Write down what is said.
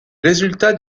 résultats